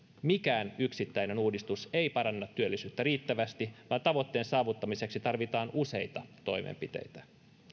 mikään yksittäinen uudistus ei paranna työllisyyttä riittävästi vaan tavoitteen saavuttamiseksi tarvitaan useita toimenpiteitä